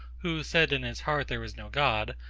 who said in his heart there is no god,